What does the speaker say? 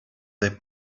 they